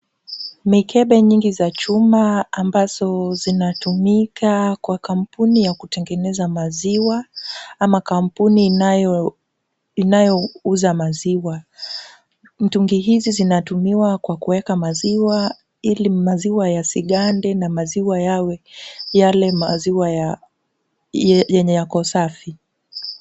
Mikebe nyingi za chuma ambazo zinatumika kwa kampuni ya kutengeneza maziwa ama kampuni inayouza maziwa. Mitungi hizi zinatumiwa kwa kuweka maziwa ili maziwa yasigande na maziwa yawe yale maziwa ya yenye yako safi.